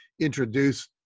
introduce